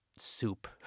Soup